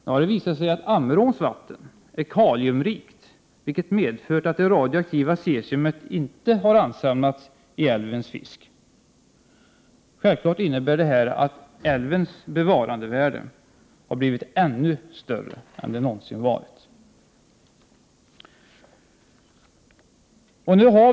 Det har visat sig att Ammeråns vatten är kaliumrikt, vilket medfört att det radioaktiva cesiumet inte har ansamlats i älvens fisk. Detta innebär självfallet att värdet av att bevara älven blivit större än det någonsin varit.